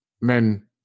men